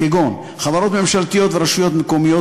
כגון חברות ממשלתיות ורשויות מקומיות,